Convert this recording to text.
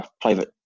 private